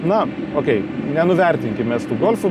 na okėj nenuvertinkim mes tų golfų